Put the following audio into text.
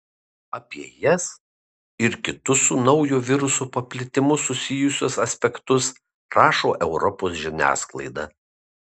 apie jas ir kitus su naujo viruso paplitimu susijusius aspektus rašo europos žiniasklaida